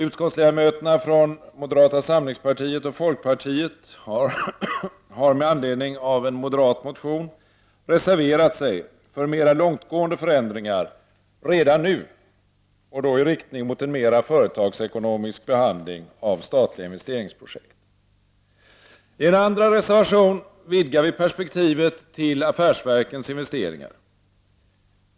Utskottsledamöterna från moderata samlingspartiet och folkpartiet har med anledning av en moderat motion reserverat sig för mera långtgående förändringar redan nu och då i riktning mot en mera företagsekonomisk behandling av statliga investeringsprojekt. I en andra reservation vidgar vi perspektivet till affärsverkens investeringar.